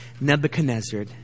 Nebuchadnezzar